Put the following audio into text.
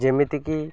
ଯେମିତିକି